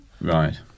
Right